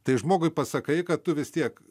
tai žmogui pasakai kad tu vis tiek